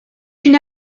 une